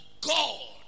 God